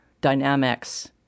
dynamics